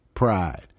pride